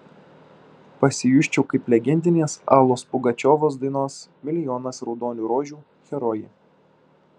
pasijusčiau kaip legendinės alos pugačiovos dainos milijonas raudonų rožių herojė